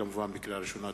כמובן בקריאה ראשונה.